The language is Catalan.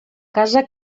casa